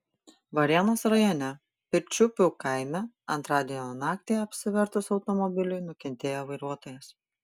varėnos rajone pirčiupių kaime antradienio naktį apsivertus automobiliui nukentėjo vairuotojas